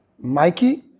Mikey